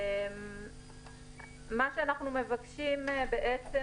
מה שאנחנו מבקשים בעצם,